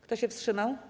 Kto się wstrzymał?